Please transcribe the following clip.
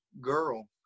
girl